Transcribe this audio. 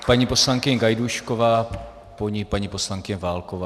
Paní poslankyně Gajdůšková, po ní paní poslankyně Válková.